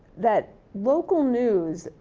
that local news,